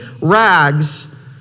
rags